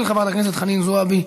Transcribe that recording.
של חברת הכנסת חנין זועבי: